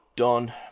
done